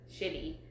shitty